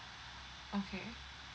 okay